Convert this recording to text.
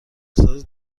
ساز